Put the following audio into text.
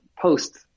post